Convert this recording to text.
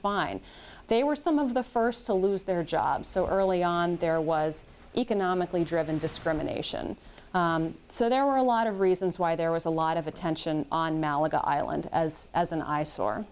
find they were some of the first to lose their jobs so early on there was economically driven discrimination so there were a lot of reasons why there was a lot of attention on malaga island as as an